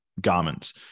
garments